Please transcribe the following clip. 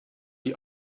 die